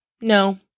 no